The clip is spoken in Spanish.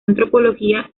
antropología